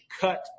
cut